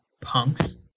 punks